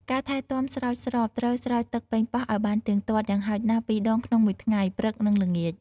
ការថែទាំស្រោចស្រព ត្រូវស្រោចទឹកប៉េងប៉ោះឲ្យបានទៀងទាត់ យ៉ាងហោចណាស់ពីរដងក្នុងមួយថ្ងៃ (ព្រឹក និងល្ងាច)។